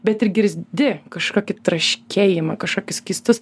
bet ir girdi kažkokį traškėjimą kažkokius keistus